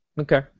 Okay